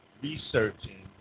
researching